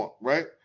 right